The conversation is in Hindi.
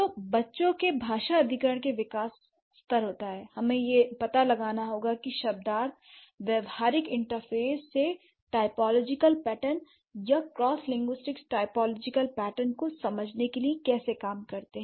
तो बच्चों के भाषा अधिग्रहण के विकास स्तर होता है हमें यह पता लगाना होगा कि शब्दार्थ व्यावहारिक इंटरफ़ेस से टाइपोलॉजिकल पैटर्न या क्रॉस लिंग्विस्टिक्स टाइपोलॉजिकल पैटर्न को समझने के लिए कैसे काम करते है